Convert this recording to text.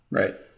right